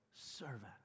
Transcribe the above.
servant